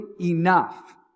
enough